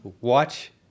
watch